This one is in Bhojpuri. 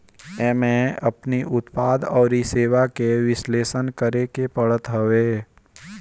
एमे अपनी उत्पाद अउरी सेवा के विश्लेषण करेके पड़त हवे